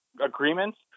agreements